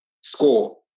score